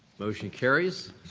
motion carries.